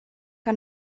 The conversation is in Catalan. que